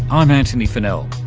i'm antony funnell.